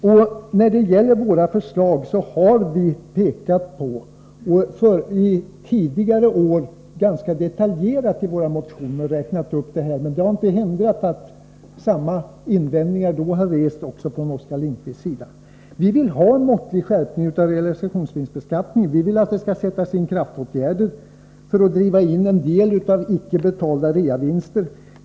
Vi har tidigare år i våra motioner kommit med ganska detaljerade förslag, men det har inte hindrat att samma invändningar då har rests från Oskar Lindkvists sida. Vi vill ha en måttlig skärpning av realisationsvinstsbeskattningen. Vi vill att det skall sättas in kraftåtgärder för att driva in en del av icke betalda reavinster.